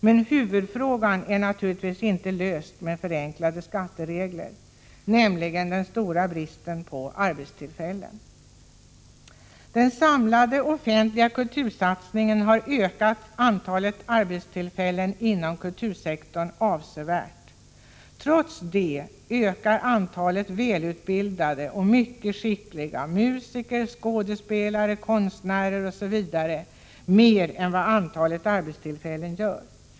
Men huvudfrågan, nämligen den stora bristen på arbetstillfällen, är naturligtvis inte löst med förenklade skatteregler. Den samlade offentliga kultursatsningen har avsevärt ökat antalet arbetstillfällen inom kultursektorn. Trots det ökar antalet välutbildade och mycket skickliga musiker, skådespelare, konstnärer osv. mer än antalet arbetstillfällen.